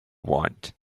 want